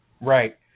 Right